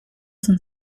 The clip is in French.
cent